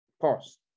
pause